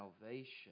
salvation